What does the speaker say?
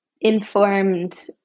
informed